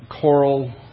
coral